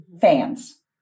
fans